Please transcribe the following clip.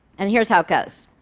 and here's how it goes.